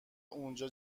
اونجا